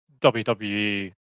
wwe